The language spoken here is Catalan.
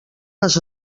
les